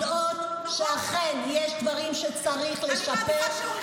אנחנו יודעות שאכן יש דברים שצריך לשפר.